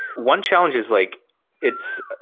one challenge is like it's